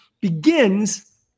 begins